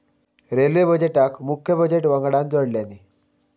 railway बजेटका मुख्य budget वंगडान जोडल्यानी